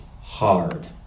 hard